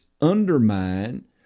undermine